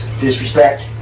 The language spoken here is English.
disrespect